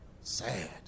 Sad